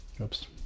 oops